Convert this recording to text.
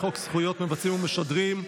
זכויות מבצעים ומשדרים (תיקון,